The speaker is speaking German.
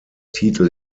titel